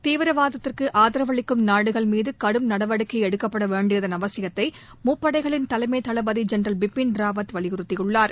தீவிரவாதத்துக்கு ஆதரவு அளிக்கும் நாடுகள் மீது கடும் நடவடிக்கை எடுக்கப்பட வேண்டியதன் அவசியத்தை முப்படைகளின் தலைமை தளபதி ஜெனரல் பிபின் ராவத் வலியுறுத்தியுள்ளாா்